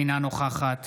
אינה נוכחת